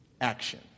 Action